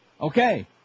Okay